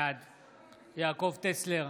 בעד יעקב טסלר,